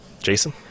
Jason